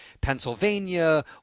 pennsylvania